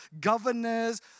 governors